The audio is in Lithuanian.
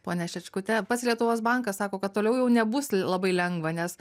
ponia šečkute pats lietuvos bankas sako kad toliau jau nebus l labai lengva nes